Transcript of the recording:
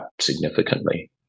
significantly